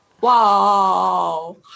Wow